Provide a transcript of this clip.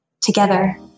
together